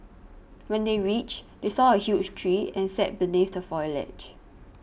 when they reached they saw a huge tree and sat beneath the foliage